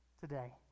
today